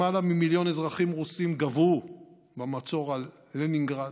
למעלה ממיליון אזרחים רוסים גוועו במצור על לנינגרד,